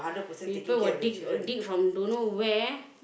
people will dig dig from don't know where